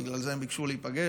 ובגלל זה הם ביקשו להיפגש.